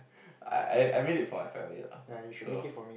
I I I made it for my family lah so